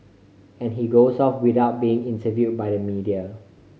and he goes off without being interview by the media